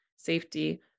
safety